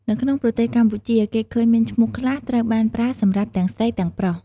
នៅក្នុងប្រទេសកម្ពុជា គេឃើញមានឈ្មោះខ្លះត្រូវបានប្រើសម្រាប់ទាំងស្រីទាំងប្រុស។